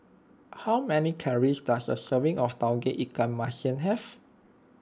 how many calories does a serving of Tauge Ikan Masin have